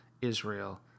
Israel